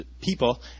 people